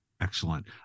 Excellent